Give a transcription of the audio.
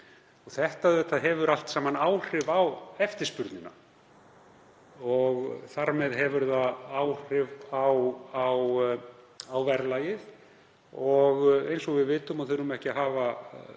Það hefur allt saman áhrif á eftirspurnina og þar með hefur það áhrif á verðlagið, og eins og við vitum og þurfum ekki að hafa